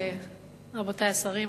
רבותי השרים,